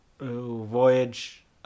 Voyage